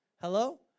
Hello